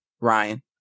ryan